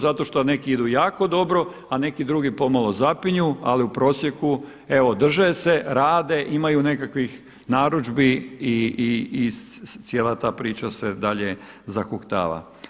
Zato što neki idu jako dobro, a neki drugi pomalo zapinju, ali u prosijeku evo drže se, rade, imaju nekakvih narudžbi i cijela ta priča se dalje zahuktava.